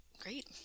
Great